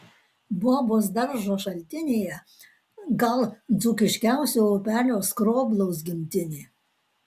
bobos daržo šaltinyje gal dzūkiškiausio upelio skroblaus gimtinė